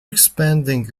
expanding